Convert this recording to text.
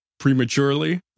prematurely